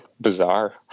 bizarre